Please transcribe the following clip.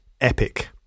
EPIC